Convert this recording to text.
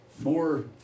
more